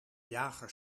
jager